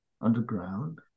underground